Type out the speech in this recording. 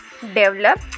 develop